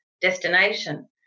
destination